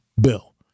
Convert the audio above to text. bill